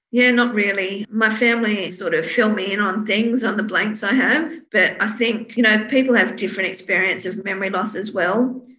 yeah not really. my family sort of fill me in on things, on the blanks i have. but i think you know people have different experience of memory loss as well,